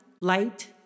light